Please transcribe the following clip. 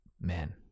Man